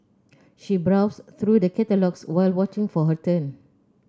she browsed through the catalogues while waiting for her turn